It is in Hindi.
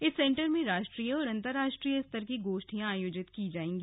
इस सेंटर में राष्ट्रीय और अन्तरराष्ट्रीय स्तर की गोष्ठियां आयोजित की जायेगी